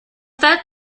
that